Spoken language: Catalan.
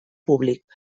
públic